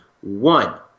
one